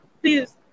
please